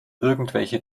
irgendwelche